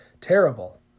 terrible